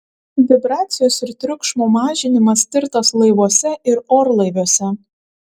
vibracijos ir triukšmo mažinimas tirtas laivuose ir orlaiviuose